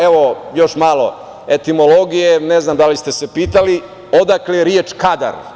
Evo, još malo etimologije, ne znam da li ste se pitali, odakle reč – kadar.